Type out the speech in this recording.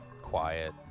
quiet